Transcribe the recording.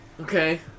Okay